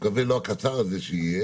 מקווה לא הקצר הזה שיהיה,